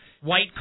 white